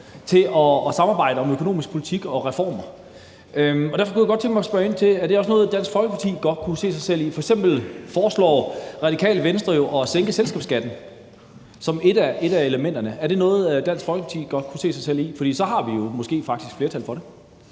til at samarbejde om økonomisk politik og reformer. Derfor kunne jeg godt tænke mig at spørge ind til, om det også er noget, Dansk Folkeparti kunne se sig selv i. F.eks. foreslår Radikale Venstre at sænke selskabsskatten som et af elementerne. Er det noget, Dansk Folkeparti godt kunne se sig selv i? For så har vi jo måske faktisk flertal for det.